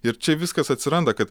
ir čia viskas atsiranda kad